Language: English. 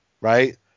right